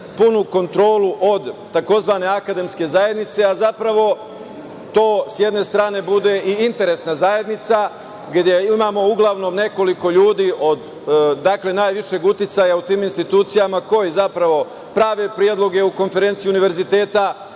punu kontrolu od tzv. akademske zajednice, a zapravo to s jedne strane bude interesna zajednica, gde imamo uglavnom nekoliko ljudi od najvišeg uticaja u tim institucijama koji zapravo prave predloge u Konferenciji univerziteta